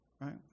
Right